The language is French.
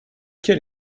quel